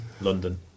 London